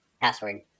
password